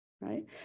right